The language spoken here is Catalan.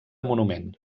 monument